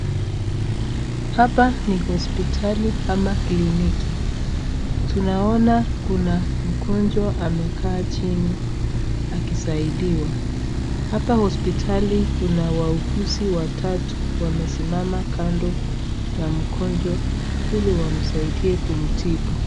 Hapa ni hospitali ama kliniki, tuna ona kuna mgonjwa amekaa chini aki saidiwa. Hapa kwa hospitali kuna waauguzi watatu wamesimama kando ya mgonjwa ili wamsaidie kumtibu.